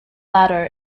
latter